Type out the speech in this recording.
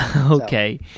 Okay